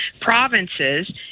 provinces